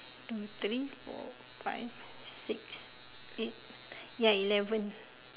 two three four five six eight ya eleven